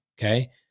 Okay